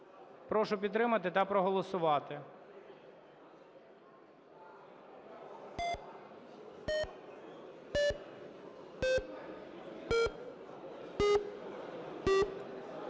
Прошу підтримати та проголосувати.